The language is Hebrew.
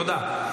תודה.